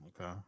okay